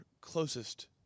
closest